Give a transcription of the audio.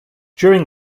during